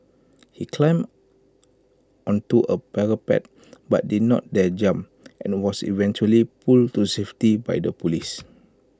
he climbed onto A parapet but did not dare jump and was eventually pulled to safety by the Police